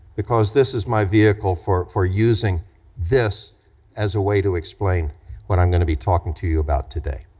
because this is my vehicle for for using this as a way to explain what i'm gonna be talking to you about today.